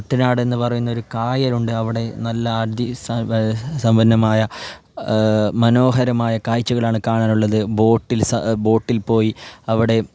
കുട്ടനാട് എന്നു പറയുന്നൊരു കായലുണ്ട് അവിടെ നല്ല അധി സമ്പന്നമായ മനോഹരമായ കാഴ്ചകളാണ് കാണാനുള്ളത് ബോട്ടിൽ ബോട്ടിൽ പോയി അവിടെ